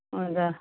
ಹೌದಾ